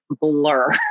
blur